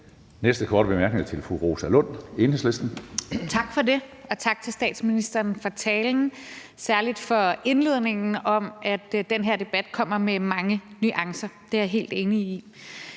næste korte bemærkning er til fru Rosa Lund, Enhedslisten. Kl. 09:16 Rosa Lund (EL): Tak for det, og tak til statsministeren for talen, særlig for indledningen om, at den her debat kommer med mange nuancer. Det er jeg helt enig i.